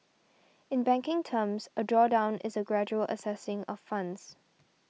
in banking terms a drawdown is a gradual accessing of funds